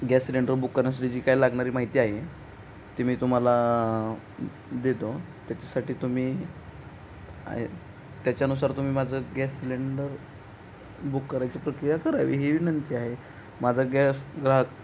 gas cylinder book करण्यासाठी जी काय लागणारी माहिती आहे ती मी तुम्हाला देतो त्याच्यासाठी तुम्ही त्याच्यानुसार तुम्ही माझं गॅस सिलेंडर बुक करायची प्रक्रिया करावी ही विनंती आहे माझा गॅस ग्राहक